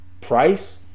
price